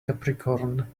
capricorn